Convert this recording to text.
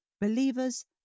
believers